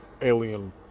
alien